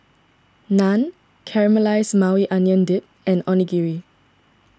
Naan Caramelized Maui Onion Dip and Onigiri